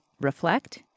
reflect